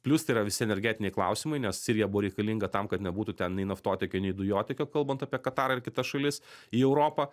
plius tai yra visi energetiniai klausimai nes sirija buvo reikalinga tam kad nebūtų ten nei naftotiekio ir dujotiekio kalbant apie katarą ir kitas šalis į europą